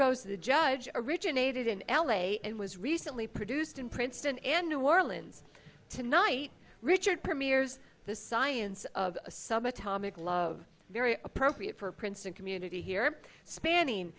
goes to the judge originated in l a and was recently produced in princeton and new orleans tonight richard premiers the science of subatomic love very appropriate for princeton community here spanning